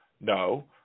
No